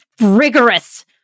rigorous